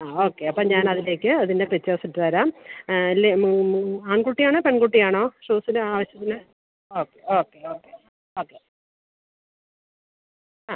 ആ ഓക്കെ അപ്പോൾ ഞാൻ അതിലേക്ക് അതിൻ്റെ പിക്ചേഴ്സ് ഇട്ട് തരാം അല്ല മു മു ആൺകുട്ടിയാണോ പെൺകുട്ടിയാണോ ഷൂസിൻ്റെ ആവശ്യത്തില് okay okay okay okay okay ആ